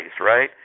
right